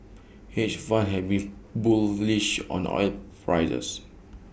hedge funds have been bullish on oil prices